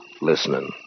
listening